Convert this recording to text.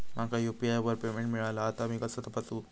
माका यू.पी.आय वर पेमेंट मिळाला हा ता मी कसा तपासू?